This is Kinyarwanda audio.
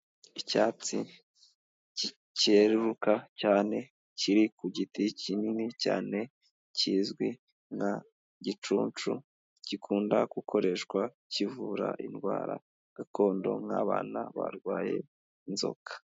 Icyatsi cyeruruka cyane kiri ku giti kinini cyane kizwi nka gicunshu, gikunda gukoreshwa kivura indwara gakondo nk'abana barwaye inzoka.